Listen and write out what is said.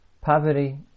Poverty